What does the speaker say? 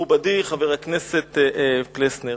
מכובדי חבר הכנסת פלסנר,